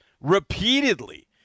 Repeatedly